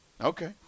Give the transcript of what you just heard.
Okay